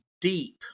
deep